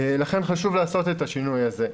לכן חשוב לעשות את השינוי הזה,